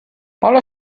paolo